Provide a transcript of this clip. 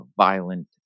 violent